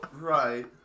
right